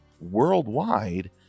worldwide